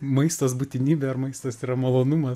maistas būtinybė ar maistas yra malonumas